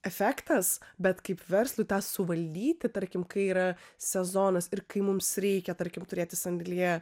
efektas bet kaip verslui tą suvaldyti tarkim kai yra sezonas ir kai mums reikia tarkim turėti sandėlyje